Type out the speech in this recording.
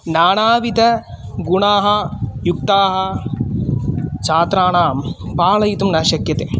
नानाविधगुणाः युक्ताः छात्राणां पालयितुं न शक्यते